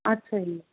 ਅੱਛਾ ਜੀ